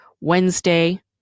Wednesday